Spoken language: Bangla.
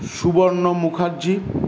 সুবর্ণ মুখাজ্জী